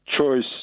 choice